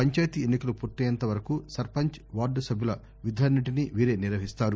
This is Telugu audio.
పంచాయతీ ఎన్నికలు పూర్తయ్యేంతవరకు సర్పంచ్ వార్దు సభ్యుల విధులన్నింటినీ వీరే నిర్వహిస్తారు